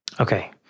Okay